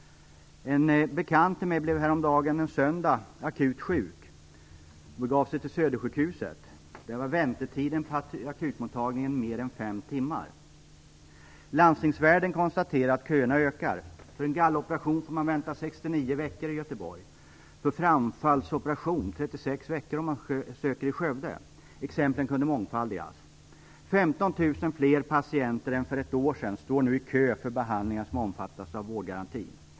En bekant till mig blev häromdagen, en söndag, akut sjuk och begav sig till Södersjukhuset. Där var väntetiden på akutmottagningen mer än fem timmar. Landstingsvärlden konstaterar att köerna ökar. För en galloperation får man vänta 69 veckor i Göteborg, för framfallsoperation 36 veckor om man söker i Skövde. Exemplen kunde mångfaldigas. 15 000 fler patienter än för ett år sedan står nu i kö för behandlingar som omfattas av vårdgarantin.